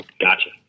Gotcha